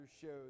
shows